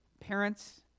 Parents